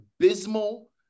abysmal